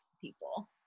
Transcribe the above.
people